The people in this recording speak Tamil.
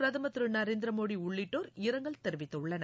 பிரதமர் திரு நரேந்திர மோடி உள்ளிட்டோர் இரங்கல் தெரிவித்துள்ளனர்